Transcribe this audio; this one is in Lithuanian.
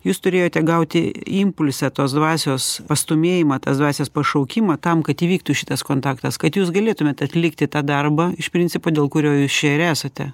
jūs turėjote gauti impulse tos dvasios pastūmėjimą tas dvasios pašaukimą tam kad įvyktų šitas kontaktas kad jūs galėtumėt atlikti tą darbą iš principo dėl kurio jūs čia ir esate